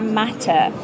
matter